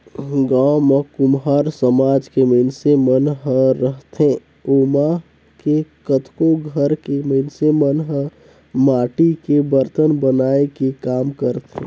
गाँव म कुम्हार समाज के मइनसे मन ह रहिथे ओमा के कतको घर के मइनस मन ह माटी के बरतन बनाए के काम करथे